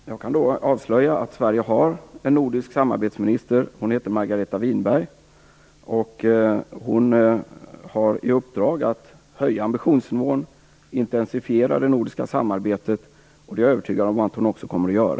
Fru talman! Jag kan då avslöja att Sverige har en nordisk samarbetsminister. Hon heter Margareta Winberg, och hon har i uppdrag att höja ambitionsnivån och intensifiera det nordiska samarbetet, och det är jag övertygad om att hon också kommer att göra.